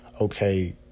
okay